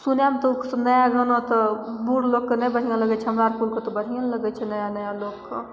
सुनैमे तऽ ओ नया गाना तऽ बूढ़ लोकके नहि बढ़िआँ लगै छै हमरा आरके तऽ बढ़ियो ने लगै छै नया नया लोकके